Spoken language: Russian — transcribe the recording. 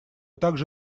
также